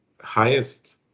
highest